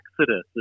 Exodus